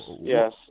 Yes